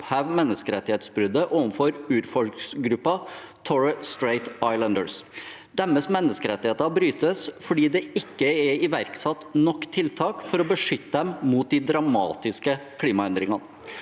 oppheve menneskerettighetsbruddet overfor urfolksgruppen Torres Strait Islanders. Deres menneskerettigheter brytes fordi det ikke er iverksatt nok tiltak for å beskytte dem mot de dramatiske klimaendringene.